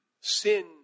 Sin